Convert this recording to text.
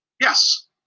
yes